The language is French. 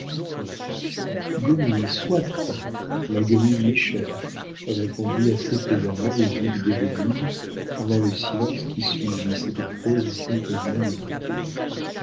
guenille soit ma guenille m'est chère répondit assez plaisamment le duc d'hérouville pendant le silence qui suivit cette prose pompeusement débitée